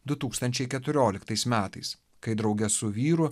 du tūkstančiai keturioliktais metais kai drauge su vyru